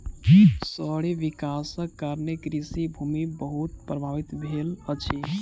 शहरी विकासक कारणें कृषि भूमि बहुत प्रभावित भेल अछि